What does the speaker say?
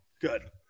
good